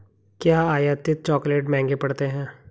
क्या आयातित चॉकलेट महंगे पड़ते हैं?